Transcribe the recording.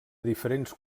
diferents